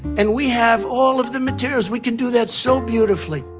and we have all of the materials, we can do that so beautifully.